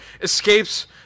escapes